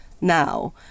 now